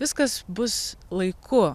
viskas bus laiku